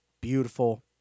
beautiful